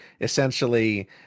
essentially